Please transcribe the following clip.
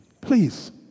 Please